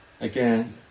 again